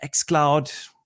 Xcloud